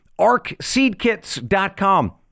ArcSeedKits.com